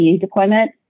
deployment